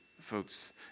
folks